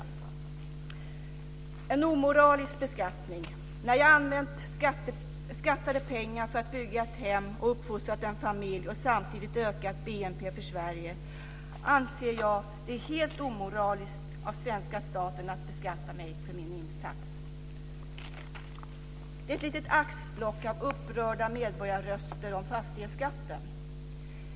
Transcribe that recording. En annan insändare har rubriken En omoralisk beskattning: När jag använt skattade pengar för att bygga ett hem och uppfostrat en familj och samtidigt ökat BNP för Sverige anser jag det helt omoraliskt av svenska staten att beskatta mig för min insats. Detta var ett litet axplock av upprörda medborgarröster om fastighetsskatten.